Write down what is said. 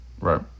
Right